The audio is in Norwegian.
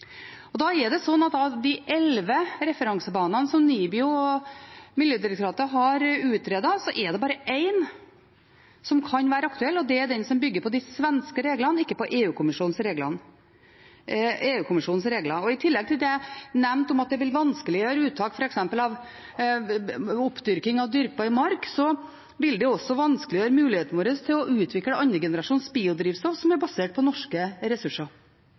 det. Da er det slik at av de elleve referansebanene som NIBIO og Miljødirektoratet har utredet, er det bare én som kan være aktuell, og det er den som bygger på de svenske reglene, ikke på EU-kommisjonens regler. I tillegg til det jeg nevnte om at det vil vanskeligjøre uttak av f.eks. oppdyrking av dyrkbar mark, vil det også vanskeliggjøre muligheten vår til å utvikle andre generasjons biodrivstoff som er basert på norske ressurser.